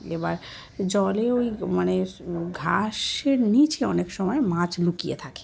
এবার জলে ওই মানে ঘাসের নিচে অনেক সময় মাছ লুকিয়ে থাকে